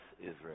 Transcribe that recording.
Israel